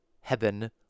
heaven